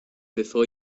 before